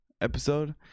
episode